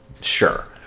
Sure